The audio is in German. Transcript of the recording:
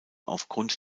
aufgrund